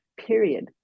period